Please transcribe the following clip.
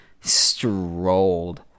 strolled